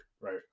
Right